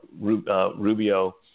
Rubio